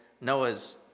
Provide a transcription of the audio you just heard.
Noah's